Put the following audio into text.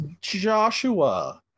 joshua